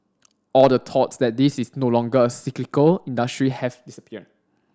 all the thoughts that this is no longer a cyclical industry have